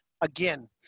again